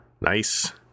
nice